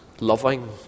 Loving